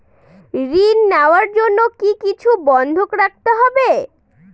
ঋণ নেওয়ার জন্য কি কিছু বন্ধক রাখতে হবে?